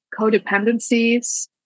codependencies